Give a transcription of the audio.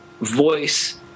voice